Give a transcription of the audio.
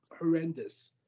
horrendous